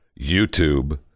YouTube